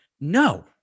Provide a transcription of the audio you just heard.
No